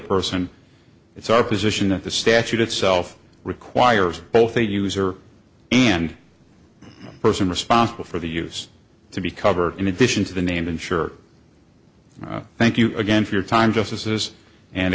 person it's our position of the statute itself requires both a user and the person responsible for the use to be covered in addition to the name insured thank you again for your time justices and